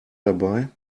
dabei